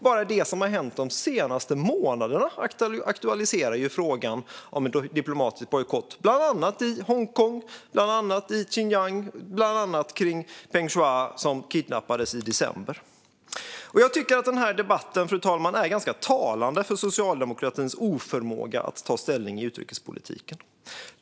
Bara det som har hänt de senaste månaderna aktualiserar frågan om en diplomatisk bojkott. Jag tänker bland annat på det som har hänt i Hongkong och i Xinjiang och med Peng Shuai, som kidnappades i december. Jag tycker att denna debatt, fru talman, är ganska talande för socialdemokratins oförmåga att ta ställning i utrikespolitiken.